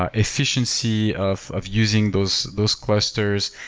ah efficiency of of using those those clusters.